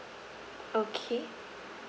okay